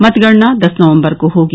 मतगणना दस नवम्बर को होगी